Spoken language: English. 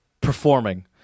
performing